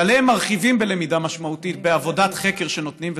שעליהן מרחיבים בלמידה משמעותית בעבודת חקר שנותנים,